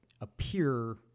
appear